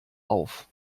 auf